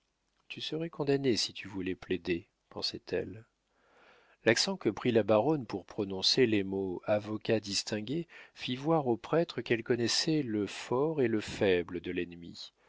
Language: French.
tu serais condamné si tu voulais plaider pensait-elle l'accent que prit la baronne pour prononcer les mots avocats distingués fit voir au prêtre qu'elle connaissait le fort et le faible de l'ennemi